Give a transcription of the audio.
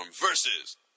versus